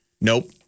Nope